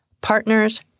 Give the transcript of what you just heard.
Partners